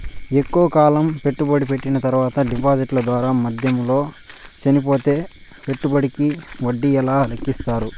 ఎక్కువగా కాలం పెట్టుబడి పెట్టిన తర్వాత డిపాజిట్లు దారు మధ్యలో చనిపోతే పెట్టుబడికి వడ్డీ ఎలా లెక్కిస్తారు?